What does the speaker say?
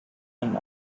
and